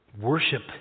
worship